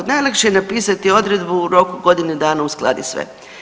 Najlakše je napisati odredbu u roku godine dana uskladi sve.